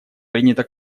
принято